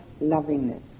lovingness